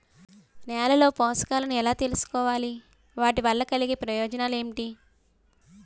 నేలలో పోషకాలను ఎలా తెలుసుకోవాలి? వాటి వల్ల కలిగే ప్రయోజనాలు ఏంటి?